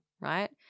right